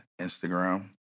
Instagram